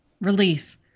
relief